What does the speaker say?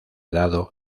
dado